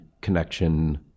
connection